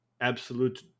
absolute